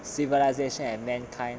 civilisation and mankind